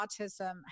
autism